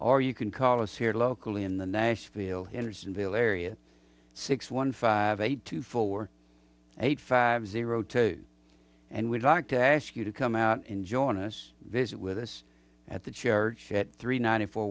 or you can call us here locally in the nashville hendersonville area six one five eight two four eight five zero and we'd like to ask you to come out and join us visit with us at the church at three ninety four